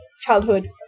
Childhood